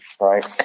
right